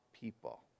people